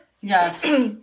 Yes